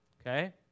Okay